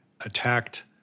attacked